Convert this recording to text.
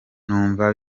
numva